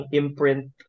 imprint